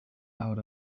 out